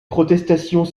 protestations